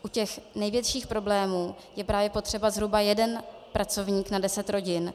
U těch největších problémů je právě potřeba zhruba jeden pracovník na deset rodin.